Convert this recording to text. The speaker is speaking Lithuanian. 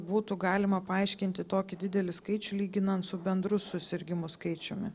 būtų galima paaiškinti tokį didelį skaičių lyginant su bendru susirgimų skaičiumi